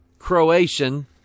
Croatian